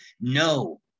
No